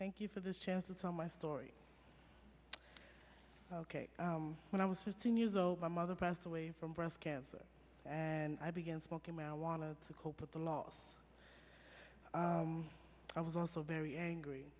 thank you for the chance to tell my story when i was fifteen years old my mother passed away from breast cancer and i began smoking marijuana to cope with the loss i was also very angry